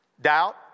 doubt